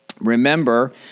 remember